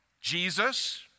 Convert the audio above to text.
jesus